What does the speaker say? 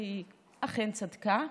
והיא אכן צדקה.